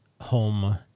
home